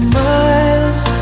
miles